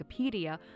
Wikipedia